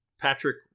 Patrick